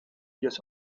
years